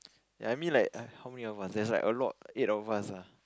ya I mean like uh how many of us there's like a lot eight of us ah